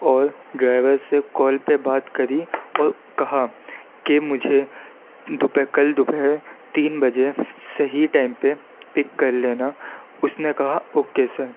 اور ڈرائیور سے کال پہ بات کری اور کہا کہ مجھے دوپہر کل دوپہر تین بجے صحیح ٹائم پہ پک کر لینا اس نے کہا اوکے سر